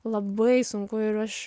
labai sunku ir aš